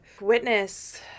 witness